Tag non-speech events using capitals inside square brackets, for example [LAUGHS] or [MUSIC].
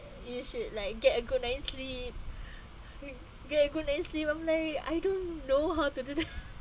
you should like get a good nice sleep [LAUGHS] get a good nice sleep I'm like I don't know how to do that [LAUGHS]